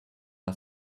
are